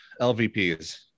LVPs